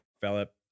Philip